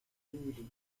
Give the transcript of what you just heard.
annulée